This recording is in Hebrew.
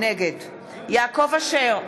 נגד יעקב אשר,